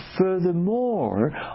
furthermore